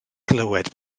glywed